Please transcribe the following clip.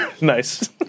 Nice